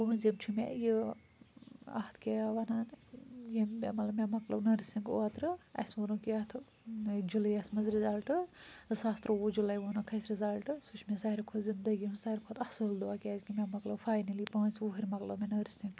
پٲنٛژم چھُ مےٚ یہِ اَتھ کیٛاہ وَنان ییٚمۍ مےٚ مےٚ مۄکلٮ۪وو نٔرسِنٛگ اوترٕ اَسہِ ووٚنُکھ یَتھ جُلائی یَس مَنٛز رِزَلٹہٕ زٕساس ترٛوٚوُہ جُلائی ووٚنُکھ اَسہِ رِزَلٹہٕ سُہ چھُ مےٚ سارِوٕے کھۄتہٕ زِندَٛگی ہُنٛد سارِوٕے کھۄتہٕ اَصٕل دۄہ کیٛازِ کہِ مےٚ مۄکلٮ۪وو فَاینَلی پانٛژِ وٕہٕرۍ مۄکلٲو مےٚ نٔرسِنٛگ